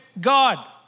God